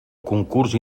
concurs